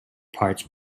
parts